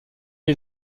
est